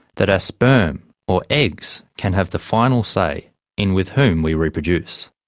that our sperm or eggs can have the final say in with whom we reproduce.